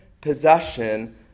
possession